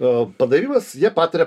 a patarimas jie pataria